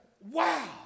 wow